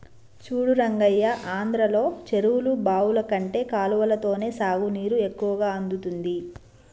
చూడు రంగయ్య ఆంధ్రలో చెరువులు బావులు కంటే కాలవలతోనే సాగునీరు ఎక్కువ అందుతుంది